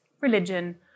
religion